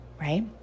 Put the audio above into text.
right